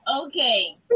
Okay